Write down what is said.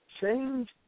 Change